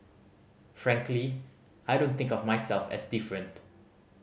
frankly I don't think of myself as different